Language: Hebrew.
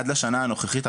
עד השנה הנוכחית,